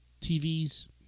TV's